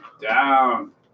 down